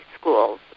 schools